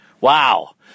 Wow